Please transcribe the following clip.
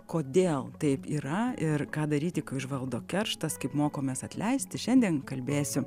kodėl taip yra ir ką daryti užvaldo kerštas kaip mokomės atleisti šiandien kalbėsiu